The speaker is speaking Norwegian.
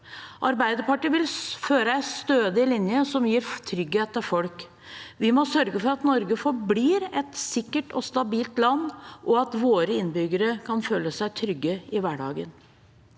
Arbeiderpartiet vil føre en stødig linje som gir trygghet for folk. Vi må sørge for at Norge forblir et sikkert og stabilt land, og at våre innbyggere kan føle seg trygge i hverdagen.